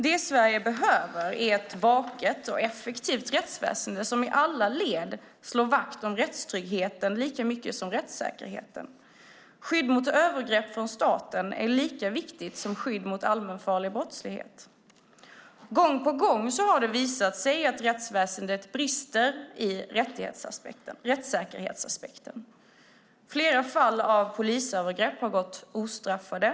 Det Sverige behöver är ett vaket och effektivt rättsväsen som i alla led slår vakt om rättstryggheten lika mycket som rättssäkerheten. Skydd mot övergrepp från staten är lika viktigt som skydd mot allmänfarlig brottslighet. Gång på gång har det visat sig att rättsväsendet brister i rättssäkerhetsaspekten. Flera fall av polisövergrepp har gått ostraffade.